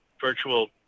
virtual